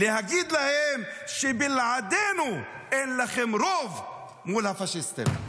להגיד להם שבלעדינו אין לכם רוב מול הפשיסטים,